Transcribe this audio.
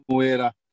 era